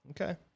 Okay